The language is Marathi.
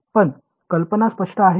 पण कल्पना स्पष्ट आहे का